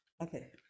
Okay